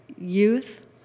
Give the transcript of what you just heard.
youth